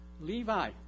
Levi